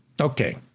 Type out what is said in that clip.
Okay